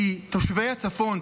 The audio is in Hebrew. כי תושבי הצפון,